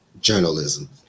journalism